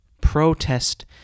protest